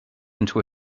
into